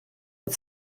mit